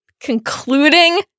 concluding